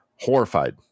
horrified